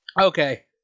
Okay